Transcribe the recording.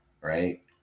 right